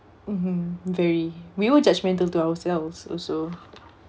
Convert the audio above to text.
mmhmm very we were judgmental to ourselves also